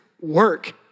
work